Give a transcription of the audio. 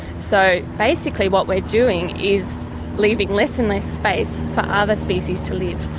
so basically what we're doing is leaving less and less space for other species to live.